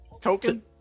token